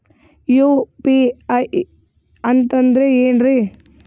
UPI ಅಂತಂದ್ರೆ ಏನ್ರೀ?